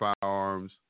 Firearms